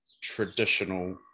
traditional